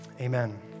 amen